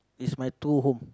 is my true home